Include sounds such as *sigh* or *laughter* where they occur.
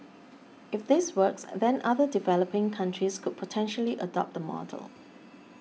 *noise* if this works then other developing countries could potentially adopt the model